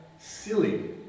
silly